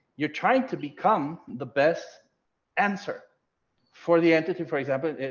you're trying to become the best answer for the entity. for example,